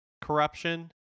Corruption